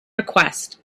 request